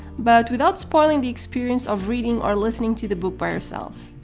but without spoiling the experience of reading or listening to the book by yourself.